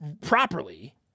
properly